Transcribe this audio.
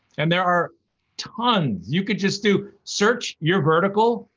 and there are tons, you could just do, search your vertical,